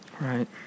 right